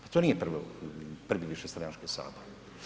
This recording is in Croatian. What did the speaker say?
Pa to nije prvi višestranački Sabor.